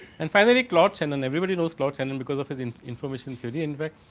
and finally, claude shannon everybody knows claude shannon, because of is in information to the end there.